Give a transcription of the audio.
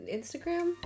Instagram